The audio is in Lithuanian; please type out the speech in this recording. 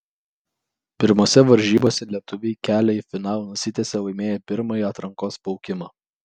pirmose varžybose lietuviai kelią į finalą nusitiesė laimėję pirmąjį atrankos plaukimą